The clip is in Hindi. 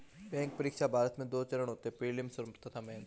बैंक परीक्षा, भारत में दो चरण होते हैं प्रीलिम्स तथा मेंस